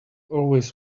always